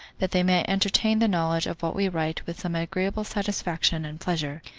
that they may entertain the knowledge of what we write with some agreeable satisfaction and pleasure.